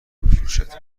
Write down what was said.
میفروشد